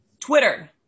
Twitter